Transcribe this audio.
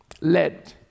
led